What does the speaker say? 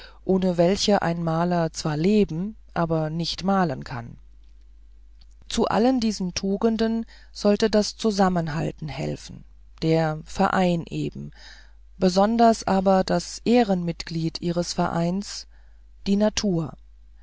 ohne welche ein maler zwar leben aber nicht malen kann zu allen diesen tugenden sollte das zusammenhalten helfen der verein eben besonders aber das ehrenmitglied dieses vereins die natur